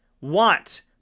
want